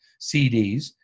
CDs